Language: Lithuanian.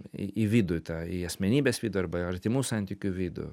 į į vidų į tą į asmenybės vidų arba artimų santykių vidų